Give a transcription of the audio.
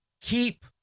keep